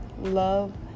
love